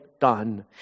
done